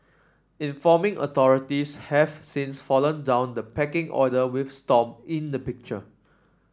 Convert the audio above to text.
informing authorities has since fallen down the pecking order with Stomp in the picture